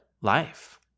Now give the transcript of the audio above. life